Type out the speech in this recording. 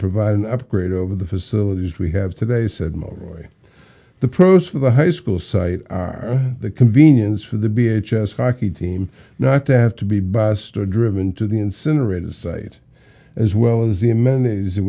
provide an upgrade over the facilities we have today said motorway the pros for the high school site are the convenience for the b a h s hockey team not to have to be biased or driven to the incinerators site as well as the amenities